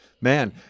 Man